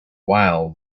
while